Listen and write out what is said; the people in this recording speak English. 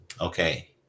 okay